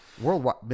Worldwide